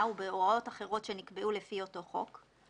ובהוראות אחרות שנקבעו לפי אותו חוק,